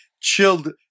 chilled